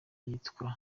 yitwa